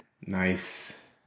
Nice